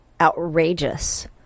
outrageous